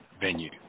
venue